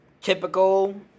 typical